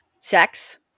sex